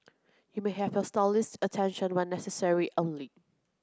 you may have your stylist's attention when necessary only